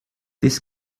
this